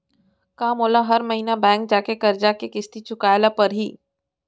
का मोला हर महीना बैंक जाके करजा के किस्ती चुकाए ल परहि?